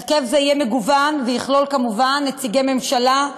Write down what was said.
הרכב זה יהיה מגוון ויכלול כמובן נציגי ממשלה,